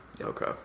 Okay